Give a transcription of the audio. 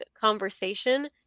conversation